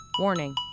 Warning